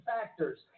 factors